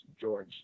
George